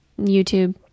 youtube